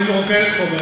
אם את מרוקנת חומר,